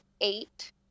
eight